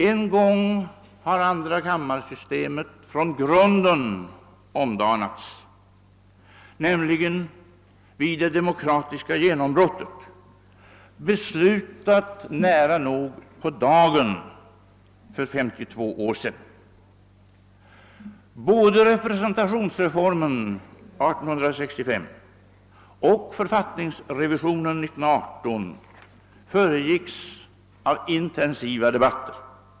En gång har andrakammarsystemet från grunden omdanats, nämligen vid det demokratiska genombrottet, beslutat nära nog på dagen för 52 år sedan. Både representationsreformen 1865 och författningsrevisionen 1918 föregicks av intensiva debatter.